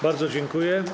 Bardzo dziękuję.